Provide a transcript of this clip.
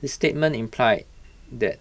his statements imply that